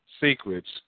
secrets